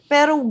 Pero